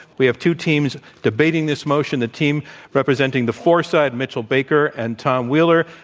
we have two teams debating this motion. the team representing the for side, mitchell baker and tom wheeler.